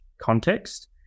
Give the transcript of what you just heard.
context